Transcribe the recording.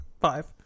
five